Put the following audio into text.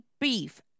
beef